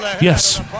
Yes